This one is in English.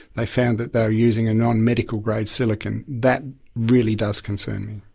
they found that they were using a non-medical grade silicone. that really does concern me.